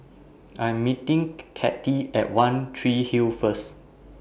I Am meeting Kathey At one Tree Hill First